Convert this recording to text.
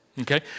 Okay